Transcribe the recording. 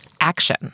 action